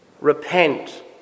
Repent